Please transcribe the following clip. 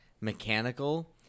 mechanical